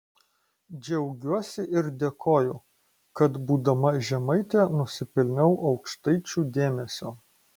džiaugiuosi ir dėkoju kad būdama žemaitė nusipelniau aukštaičių dėmesio